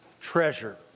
treasure